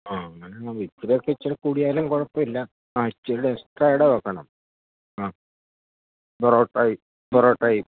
ആ അങ്ങനെ മതി ഇച്ചിരിയൊക്കെ ഇച്ചിരി കൂടിയാലും കുഴപ്പമില്ല ആ ഇച്ചിരിയും കൂടെ എക്സ്ട്രാ കൂടെ വെക്കണം ആ പൊറോട്ടയും പൊറോട്ടയും